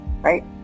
right